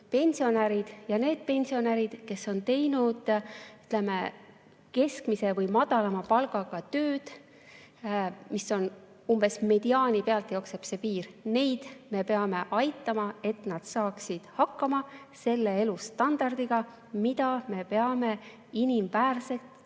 pensionärid, just need pensionärid, kes on teinud keskmise või madalama palgaga tööd. Umbes mediaani pealt jookseb see piir. Neid me peame aitama, et nad saaksid hakkama selle elustandardiga, mida me peame inimväärseks